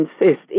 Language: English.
insist